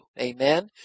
Amen